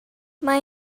mae